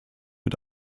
mit